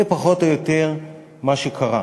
זה פחות או יותר מה שקרה.